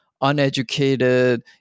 uneducated